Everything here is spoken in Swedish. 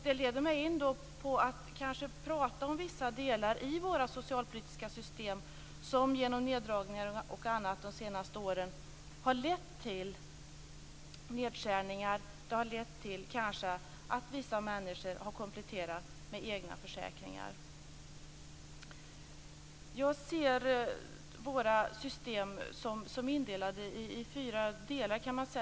Det leder mig in på att prata om vissa delar i våra socialpolitiska system, som genom neddragningar och annat de senaste åren har lett till nedskärningar och till att vissa människor har kompletterat med egna försäkringar. Jag ser våra system som indelade i fyra delar.